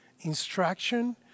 instruction